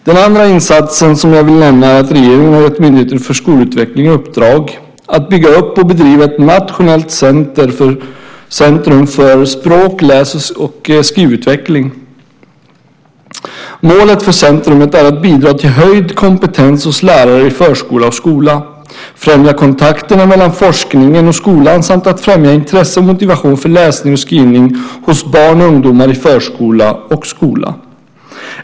Den andra insatsen som jag vill nämna är att regeringen har gett Myndigheten för skolutveckling i uppdrag att bygga upp och bedriva ett nationellt centrum för språk-, läs och skrivutveckling. Målen för centrumet är att bidra till höjd kompetens hos lärare i förskola och skola, främja kontakterna mellan forskningen och skolan samt främja intresse och motivation för läsning och skrivning hos barn och ungdomar i förskola och skola.